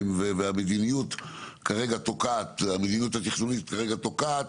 והמדיניות התכנונית כרגע פוקעת.